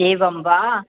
एवं वा